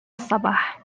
الصباح